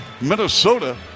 Minnesota